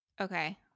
Okay